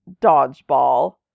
dodgeball